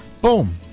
Boom